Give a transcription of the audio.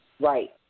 Right